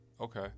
Okay